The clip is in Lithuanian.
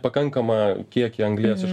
pakankamą kiekį anglies iš